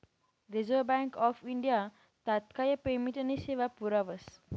reserve bank of India तात्काय पेमेंटनी सेवा पुरावस